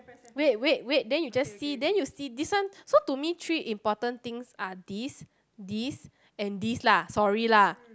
wait wait wait then you just see then you see this one so to me three important things are this this and this lah sorry lah